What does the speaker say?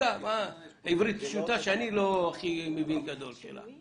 עברית פשוטה, שאני לא הכי מבין גדולה שלה.